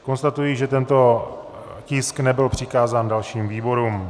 Konstatuji, že tento tisk nebyl přikázán dalším výborům.